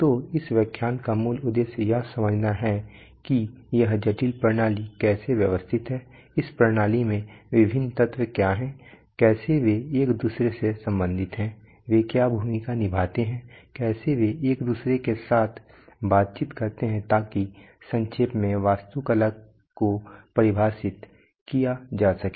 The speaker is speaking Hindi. तो इस व्याख्यान का मूल उद्देश्य यह समझना है कि यह जटिल प्रणाली कैसे व्यवस्थित है इस प्रणाली में विभिन्न तत्व क्या हैं कैसे वे एक दूसरे से संबंधित हैं वे क्या भूमिका निभाते हैं कैसे वे एक दूसरे के साथ बातचीत करते हैं ताकि संक्षेप में वास्तुकला को परिभाषित किया जा सके